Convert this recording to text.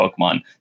Pokemon